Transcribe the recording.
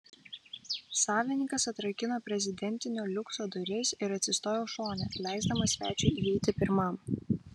savininkas atrakino prezidentinio liukso duris ir atsistojo šone leisdamas svečiui įeiti pirmam